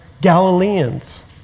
Galileans